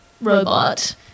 robot